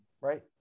right